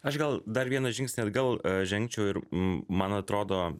aš gal dar vieną žingsnį atgal žengčiau ir man atrodo